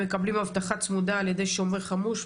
מקבלים אבטחה צמודה על ידי שומר חמוש,